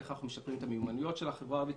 איך אנחנו משפרים את המיומנויות של החברה הערבית,